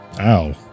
Ow